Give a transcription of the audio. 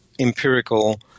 empirical